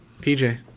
pj